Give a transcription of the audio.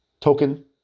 Token